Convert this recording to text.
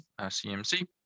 cmc